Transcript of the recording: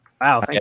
Wow